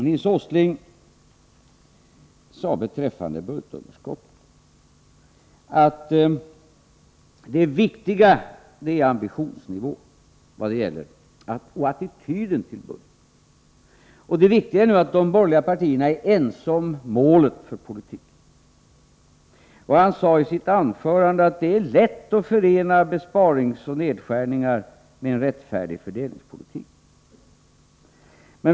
Nils Åsling sade beträffande budgetunderskottet att det viktiga är ambitionsnivån och attityden till budgetunderskottet. Han sade vidare att det viktiga är att de borgerliga partierna nu är ense om målet för politiken. Han sade i sitt anförande att det är lätt att förena besparingar och nedskärningar med en rättfärdig fördelningspolitik.